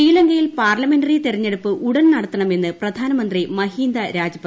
ശ്രീലങ്കയിൽ പാർലമെന്ററി തിരഞ്ഞെടുപ്പ് ഉടൻ നടത്തണമെന്ന് പ്രധാനമന്ത്രി മഹീന്ദ രജപക്സെ